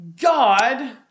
God